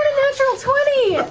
natural twenty!